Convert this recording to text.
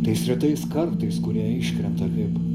tais retais kartais kurie iškrenta kaip